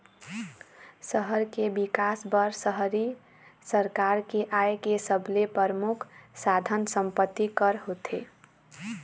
सहर के बिकास बर शहरी सरकार के आय के सबले परमुख साधन संपत्ति कर होथे